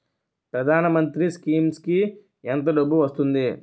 ప్రధాన మంత్రి స్కీమ్స్ కీ ఎంత డబ్బు వస్తుంది?